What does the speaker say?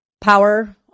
power